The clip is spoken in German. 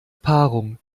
paarung